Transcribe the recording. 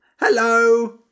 Hello